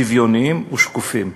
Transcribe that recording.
שוויוניים ושקופים.